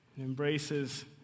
embraces